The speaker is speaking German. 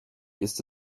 ist